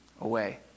away